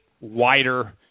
wider